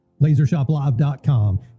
lasershoplive.com